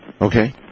Okay